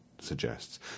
suggests